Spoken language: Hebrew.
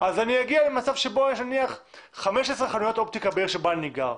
אז אני אגיע למצב שבו יש נניח 15 חנויות אופטיקה בעיר שבה אני גר.